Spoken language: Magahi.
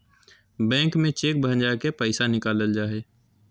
बैंक में चेक भंजा के पैसा निकालल जा हय